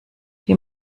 die